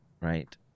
Right